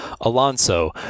Alonso